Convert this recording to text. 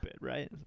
right